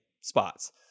spots